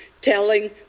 telling